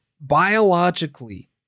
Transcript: biologically